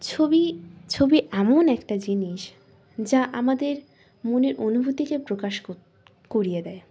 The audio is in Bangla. ছবি ছবি এমন একটা জিনিস যা আমাদের মনের অনুভূতিকে প্রকাশ করিয়ে দেয়